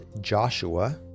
joshua